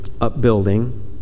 upbuilding